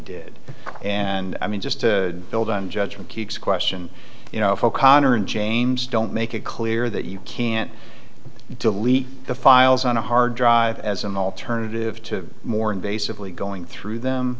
did and i mean just to build on judgment key question you know if o'connor and james don't make it clear that you can't delete the files on the hard drive as an alternative to more invasively going through them